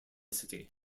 city